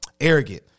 arrogant